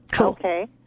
Okay